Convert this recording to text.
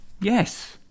yes